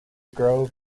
grove